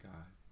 God